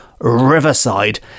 Riverside